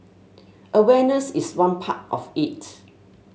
awareness is one part of it